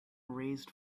raised